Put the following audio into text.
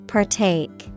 Partake